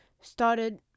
started